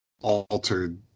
altered